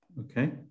Okay